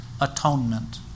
atonement